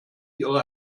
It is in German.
ihre